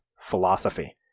philosophy